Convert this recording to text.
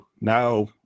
now